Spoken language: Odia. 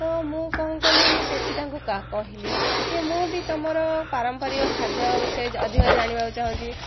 ତ ମୁଁ କ'ଣ କଲି ମୁଁ ସେଠି ତାଙ୍କୁ କହିଲି କି ମୁଁ ବି ତମର ପାରମ୍ପାରିକ ଖାଦ୍ୟ ବିଷୟ ଅଧିକ ଜାଣିବାକୁ ଚାହୁଁଛି